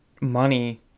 money